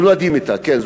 נולדים אתה, כן.